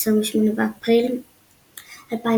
28 באפריל 2011